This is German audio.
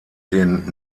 den